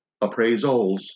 appraisals